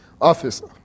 officer